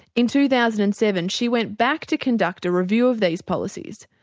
in two thousand and seven she went back to conduct a review of these policies.